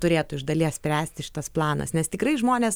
turėtų iš dalies spręsti šitas planas nes tikrai žmonės